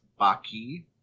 Baki